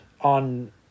on